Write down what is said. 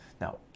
Now